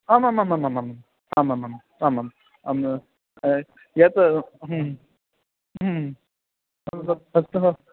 आमामामामामाम् आमामाम् आमाम् आं यत् तत् तत्र